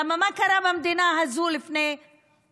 למה מה קרה במדינה הזו לפני